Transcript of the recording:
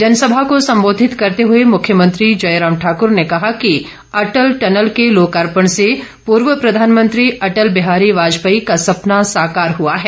जनसभा को संबोधित करते हुए मुख्यमंत्री जयराम ठाकर ने कहा कि अटल टनल के लोकार्पण से पूर्व प्रधानमंत्री अटल बिहारी वाजपेयी का संपना साकार हआ है